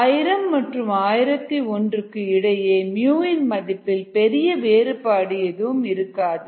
1000 மற்றும் 1001 க்கு இடையே இன் மதிப்பில் பெரிய வேறுபாடு எதுவும் இருக்காது